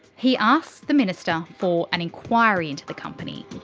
he asks the minister for an inquiry into the company.